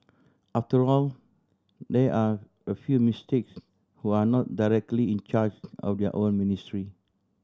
after all there are a few mistakes who are not directly in charge of their own ministry